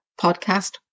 podcast